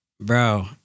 Bro